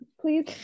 please